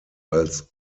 als